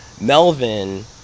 Melvin